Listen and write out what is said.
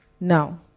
Now